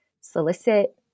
solicit